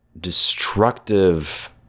destructive